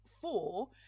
four